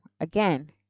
again